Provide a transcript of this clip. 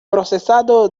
procesado